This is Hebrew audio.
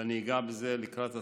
ואני אגע בזה לקראת הסוף.